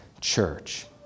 church